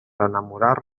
enamorar